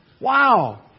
Wow